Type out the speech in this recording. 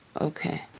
Okay